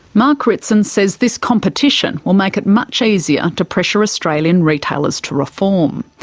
mark ritson says this competition will make it much easier to pressure australian retailers to reform.